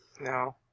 No